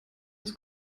das